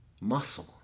muscle